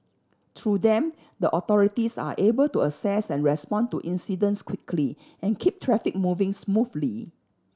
through them the authorities are able to assess and respond to incidents quickly and keep traffic moving smoothly